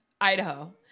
Idaho